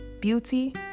beauty